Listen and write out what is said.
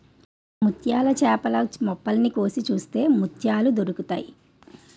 ముత్యాల చేపలు మొప్పల్ని కోసి చూస్తే ముత్యాలు దొరుకుతాయి